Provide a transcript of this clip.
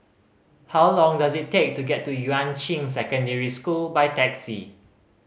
how long does it take to get to Yuan Ching Secondary School by taxi